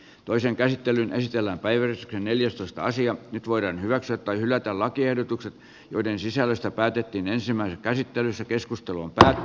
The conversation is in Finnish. toisen käsittelyn estellä päivän neljästoista sija nyt voidaan hyväksyä tai hylätä lakiehdotukset joiden sisällöstä päätettiin ensimmäisessä käsittelyssä keskustelutta